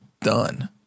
done